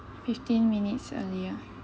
fifteen minutes earlier